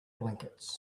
blankets